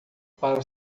para